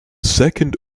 second